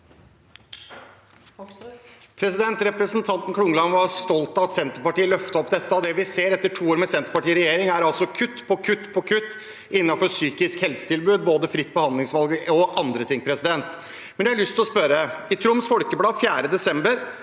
Representanten Klungland var stolt av at Senterpartiet løftet fram dette, og det vi ser etter to år med Senterpartiet i regjering, er altså kutt på kutt på kutt innenfor psykisk helse-tilbud, både fritt behandlingsvalg og andre ting. Jeg har lyst å spørre: I Troms Folkeblad 4. desember